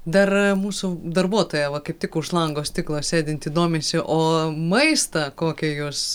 dar mūsų darbuotoja va kaip tik už lango stiklo sėdinti domisi o maistą kokią jūs